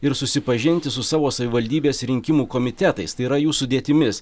ir susipažinti su savo savivaldybės rinkimų komitetais tai yra jų sudėtimis